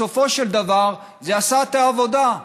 בסופו של דבר זה עשה את העבודה,